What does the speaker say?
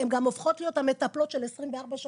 הן גם הופכות להיות המטפלות של 24 שעות,